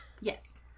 Yes